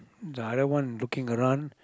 the other one looking around